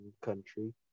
country